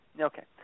Okay